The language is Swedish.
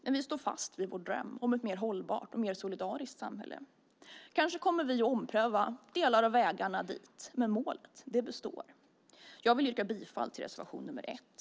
Men vi står fast vid vår dröm om ett mer hållbart och mer solidariskt samhälle. Kanske kommer vi att ompröva delar av vägarna dit framöver, men målet består. Jag vill yrka bifall till reservation nr 1.